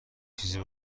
چیزی